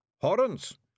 Horns